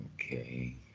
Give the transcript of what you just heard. Okay